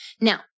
Now